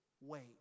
wait